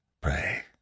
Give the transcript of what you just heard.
pray